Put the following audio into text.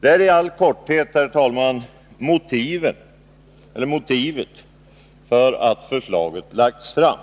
Det är i all korthet, herr talman, motiven till att detta förslag har lagts fram.